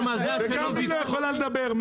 וגם היא, מהאוצר, לא יכולה לדבר.